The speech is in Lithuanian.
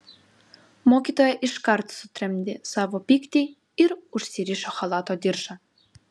mokytoja iškart sutramdė savo pyktį ir užsirišo chalato diržą